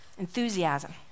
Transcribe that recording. Enthusiasm